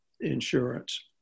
insurance